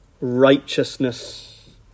righteousness